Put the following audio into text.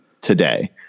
today